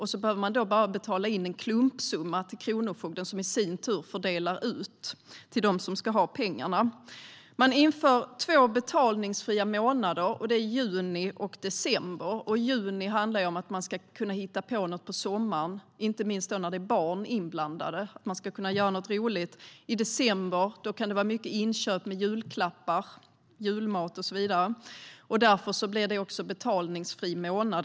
Då behöver man bara betala in en klumpsumma till kronofogden, som sin tur fördelar ut pengarna till dem som ska ha pengarna. Det införs två betalningsfria månader - juni och december. När det gäller juni handlar det om att man ska kunna hitta på något på sommaren, inte minst när barn är inblandade. Man ska kunna göra något roligt. I december kan det vara mycket inköp av julklappar, julmat och så vidare. Därför blir det också en betalningsfri månad.